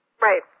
Right